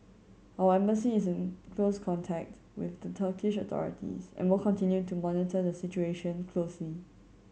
our Embassy is in close contact with the Turkish authorities and will continue to monitor the situation closely